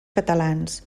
catalans